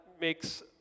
Makes